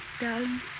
darling